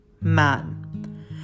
man